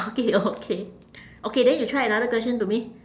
okay okay okay then you try another question to me